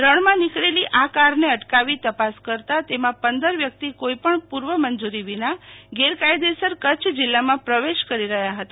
રણમાં નીકળેલી આ કારને અટકાવી તપાસ કરતા તેમાં પંદર વ્યક્તિ કોઈપણ પુર્વ મંજુરી વિના ગેરકાયદેસર કચ્છ જીલ્લામાં પ્રવેશ કરી રહ્યા હતા